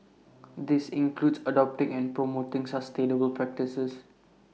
this includes adopting and promoting sustainable practices